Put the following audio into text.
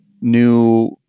new